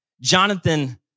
Jonathan